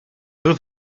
byl